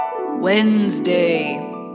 Wednesday